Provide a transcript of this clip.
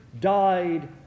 died